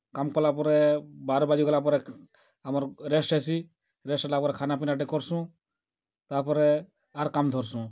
କାମ୍ କଲା ପରେ ବାର ବାଜି ଗଲା ପରେ ଆମର୍ ରେଷ୍ଟ ହେସି ରେଷ୍ଟ କରିଲା ପରେ ଖାନା ପିନା ଟେ କର୍ସୁଁ ତାପରେ ଆର୍ କାମ୍ ଧର୍ସୁଁ